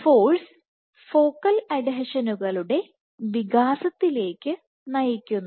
force focal അഡ്ഹീഷനുകളുടെ വികാസത്തിലേക്ക് നയിക്കുന്നു